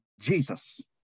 Jesus